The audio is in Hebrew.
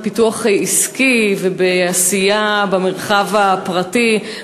בפיתוח עסקי ובעשייה במרחב הפרטי.